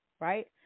right